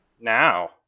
Now